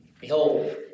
Behold